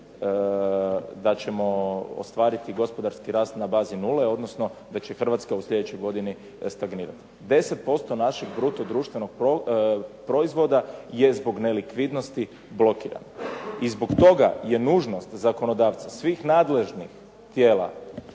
da ćemo ostvariti gospodarski rast na bazi nule, odnosno da će Hrvatska u sljedećoj godini stagnirati. 10% našeg bruto društvenog proizvoda je zbog nelikvidnosti blokirano. I zbog je nužnost zakonodavaca svih nadležnih tijela